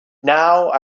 now